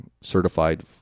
certified